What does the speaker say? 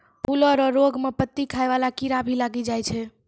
फूलो रो रोग मे पत्ती खाय वाला कीड़ा भी लागी जाय छै